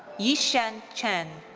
yixian chen.